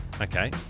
Okay